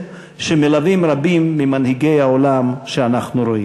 שמלווים רבים ממנהיגי העולם שאנחנו רואים.